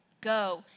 Go